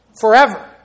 forever